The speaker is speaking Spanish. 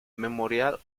memorial